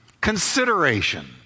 Consideration